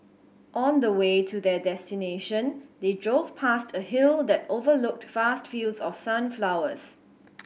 on the way to their destination they drove past a hill that overlooked vast fields of sunflowers